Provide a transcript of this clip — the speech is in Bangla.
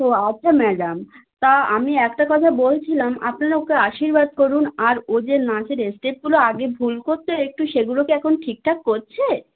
ও আচ্ছা ম্যাডাম তা আমি একটা কথা বলছিলাম আপনারা ওকে আশীর্বাদ করুন আর ও যে নাচের স্টেপগুলো আগে ভুল করতো একটু সেগুলো কি এখন ঠিকঠাক করছে